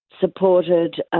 supported